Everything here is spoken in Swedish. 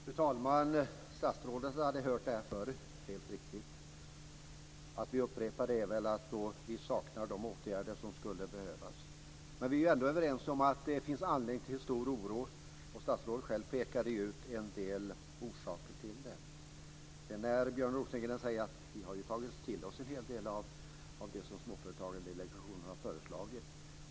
Fru talman! Statsrådet har hört detta förr. Det är helt riktigt. Anledningen till att vi upprepar detta är att vi saknar de åtgärder som behövs. Men vi är ändå överens om att det finns en anledning till stor oro. Statsrådet själv pekade ut en del orsaker. Björn Rosengren säger att man har tagit till sig en del av det Småföretagardelegationen har föreslagit.